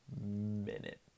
minute